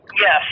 Yes